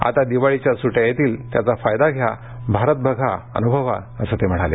आता दिवाळीच्या सुट्या येतील त्याचा फायदा घ्या भारत बघा अनुभवा असं ते म्हणाले